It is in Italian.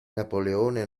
napoleone